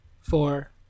four